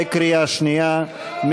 בקריאה שנייה,